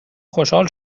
خوشحال